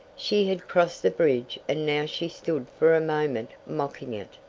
she had crossed the bridge and now she stood for a moment mocking it.